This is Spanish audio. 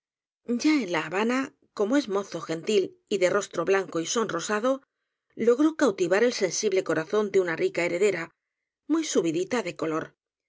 ya en la habana como es mozo gen til y de rostro blanco y sonrosado logró cautivar el sensible corazón de una rica heredera muy subidita de color